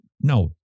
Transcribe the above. No